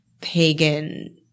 pagan